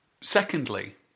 Secondly